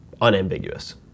unambiguous